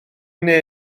neu